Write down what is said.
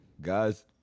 Guys